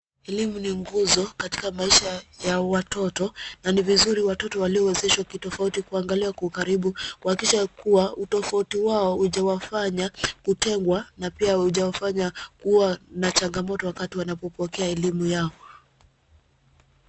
Elimu ni ya nguzo, katika maisha ya watoto, na ni vizuri watoto waliowezeshwe kitofauti kuangaliwa kwa karibu, kuhakikisha ya kuwa, utofauti wao hujawafanya kutengwa, na pia hujawafanya kuwa na changamoto wakati wanapopokea elimu yao.